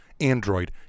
Android